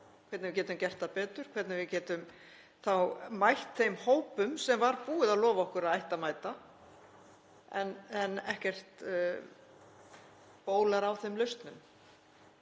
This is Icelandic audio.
hvernig við getum gert það betur, hvernig við getum þá mætt þeim hópum sem var búið að lofa okkur að ætti að mæta en ekkert bólar á þeim lausnum.